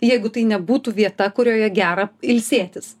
jeigu tai nebūtų vieta kurioje gera ilsėtis